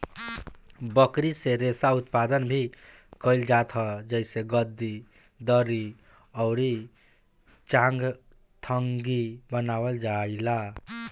बकरी से रेशा उत्पादन भी कइल जात ह जेसे गद्दी, दरी अउरी चांगथंगी बनावल जाएला